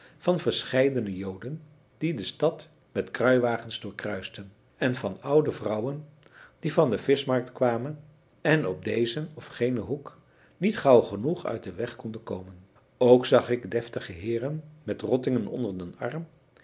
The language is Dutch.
van verscheidene joden die de stad met kruiwagens doorkruisten en van oude vrouwen die van de vischmarkt kwamen en op dezen of genen hoek niet gauw genoeg uit den weg konden komen ook zag ik deftige heeren met rottingen onder den arm